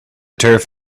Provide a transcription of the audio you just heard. turf